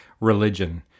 religion